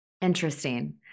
interesting